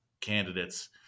candidates